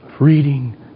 reading